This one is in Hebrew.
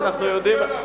הוא מציע להסיר, זה בסדר.